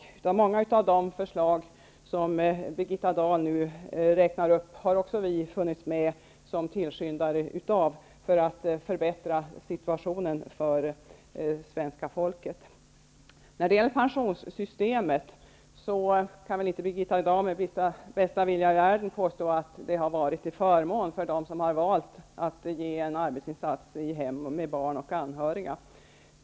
När det gäller många av de förslag som Birgitta Dahl nu räknar upp har även vi varit med som tillskyndare för att förbättra situationen för svenska folket. Birgitta Dahl kan väl inte med bästa vilja i världen påstå att pensionssystemet har varit till förmån för dem som har valt att göra en arbetsinsats i hemmet för barn och anhöriga.